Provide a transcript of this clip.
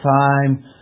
time